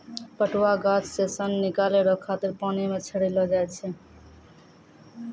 पटुआ गाछ से सन निकालै रो खातिर पानी मे छड़ैलो जाय छै